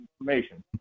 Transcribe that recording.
information